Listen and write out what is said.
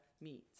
meet